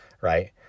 right